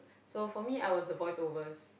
so for me I was the voice overs